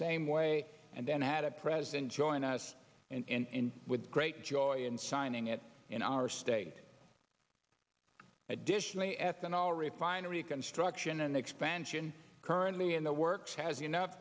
same way and then had a president join us and with great joy in signing it in our state additionally ethanol refinery construction and expansion currently in the works has you know